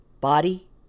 Body